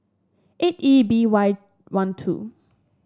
eight E B Y one two